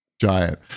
giant